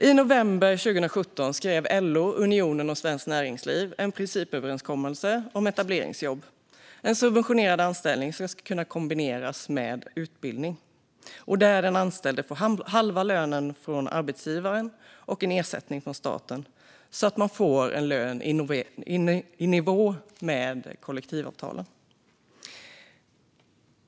I november 2017 skrev LO, Unionen och Svenskt Näringsliv en principöverenskommelse om etableringsjobb - en subventionerad anställning som ska kunna kombineras med utbildning och där den anställde får halva lönen från arbetsgivaren och en ersättning från staten så att lönen ligger i nivå med kollektivavtalen.